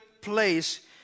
place